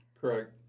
Correct